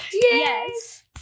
Yes